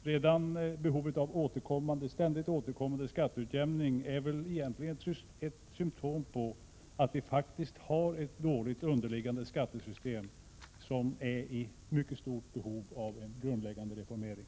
Redan behovet av ständigt återkommande skatteutjämning är faktiskt ett symtom på att vårt underliggande skattesystem är dåligt och i mycket stort behov av en grundläggande reformering.